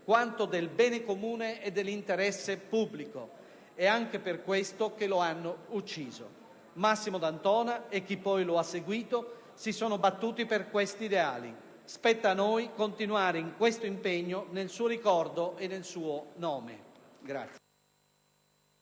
quanto del bene comune e dell'interesse pubblico. È anche per questo che lo hanno ucciso. Massimo D'Antona e chi poi lo ha seguito si sono battuti per questi ideali. Spetta a noi continuare in questo impegno nel suo ricordo e nel suo nome.